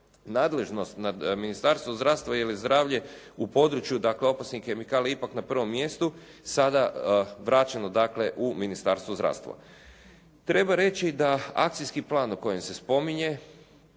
zdravstava jer je zdravlje, u području, dakle, opasnih kemikalija ipak na prvom mjestu, sada vraćeno dakle, u Ministarstvo zdravstva. Treba reći da akcijski plan o kojem se spominje,